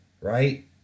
right